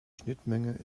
schnittmenge